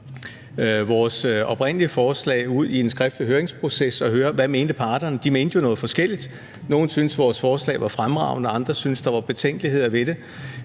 vores oprindelige forslag ud i en skriftlig høringsproces og høre, hvad parterne mente. De mente jo noget forskelligt. Nogle syntes, at vores forslag var fremragende, mens andre syntes, at der var betænkeligheder ved det.